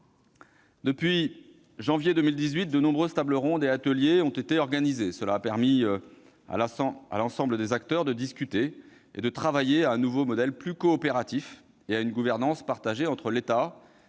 Depuis janvier 2018, de nombreuses tables rondes et ateliers ont été organisés, ce qui a permis à l'ensemble des acteurs de discuter et de travailler à un nouveau modèle plus coopératif et à une gouvernance partagée entre l'État, le